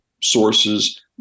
sources